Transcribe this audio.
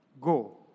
Go